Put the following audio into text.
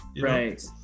Right